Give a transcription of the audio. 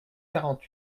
quarante